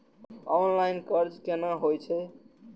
Online कर्ज केना होई छै?